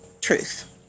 truth